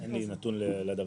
אין לי נתון לכך.